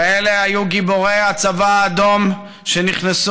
כאלה היו גיבורי הצבא האדום שנכנסו